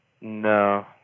No